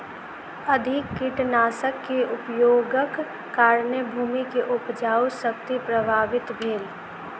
अधिक कीटनाशक के उपयोगक कारणेँ भूमि के उपजाऊ शक्ति प्रभावित भेल